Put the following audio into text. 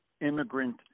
immigrant